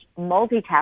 multitasking